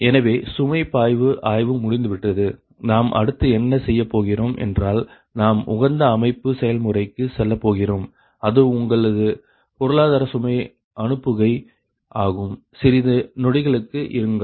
எனவே சுமை பாய்வு ஆய்வு முடிந்துவிட்டது நாம் அடுத்து என்ன செய்ய போகிறோம் என்றால் நாம் உகந்த அமைப்பு செயல்முறைக்கு செல்ல போகிறோம் அது உங்களது பொருளாதார சுமை அனுப்புகை ஆகும் சிறிது நொடிகளுக்கு இருங்கள்